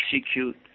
execute